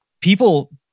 people